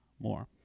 more